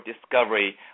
discovery